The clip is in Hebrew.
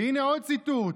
הינה עוד ציטוט: